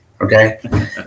okay